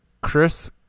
Chris